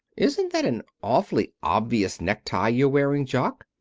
isn't that an awfully obvious necktie you're wearing, jock?